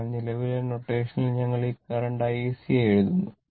അതിനാൽ നിലവിലെ നൊട്ടേഷനിൽ ഞങ്ങൾ ഈ കറന്റ് IC യായി എഴുതുന്നു